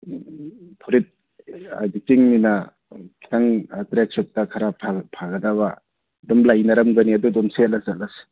ꯐꯨꯔꯤꯠ ꯍꯥꯏꯗꯤ ꯆꯤꯡꯅꯤꯅ ꯈꯤꯇꯪ ꯇ꯭ꯔꯦꯛ ꯁꯨꯠꯇ ꯈꯔ ꯐꯒꯗꯕ ꯑꯗꯨꯝ ꯂꯩꯅꯔꯝꯒꯅꯤ ꯑꯗꯨ ꯑꯗꯨꯝ ꯁꯦꯠꯂ ꯆꯠꯂꯁꯤ